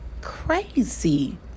crazy